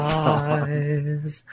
eyes